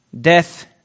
death